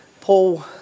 Paul